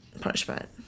punishment